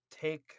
take